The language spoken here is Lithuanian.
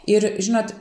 ir žinot